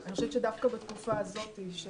אני חושבת שדווקא בתקופה הזאת של